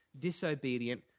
disobedient